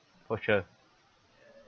for sure